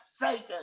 Satan